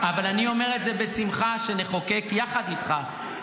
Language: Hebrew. אני רק אומר שזה לא יתקדם בממשלה הזאת.